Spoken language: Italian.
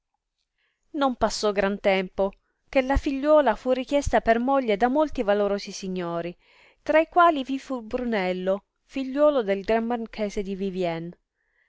non passò gran tempo che la figliuola fu richiesta per moglie da molti valorosi signori tra i quali vi fu brunello figliuolo del gran marchese di vivien